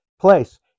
place